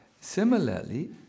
Similarly